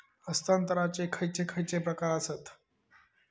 हस्तांतराचे खयचे खयचे प्रकार आसत?